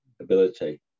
ability